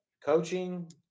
coaching